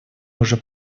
уже